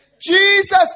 Jesus